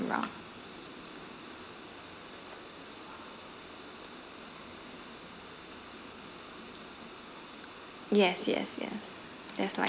around yes yes yes there's like